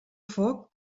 foc